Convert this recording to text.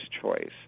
choice